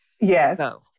Yes